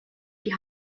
die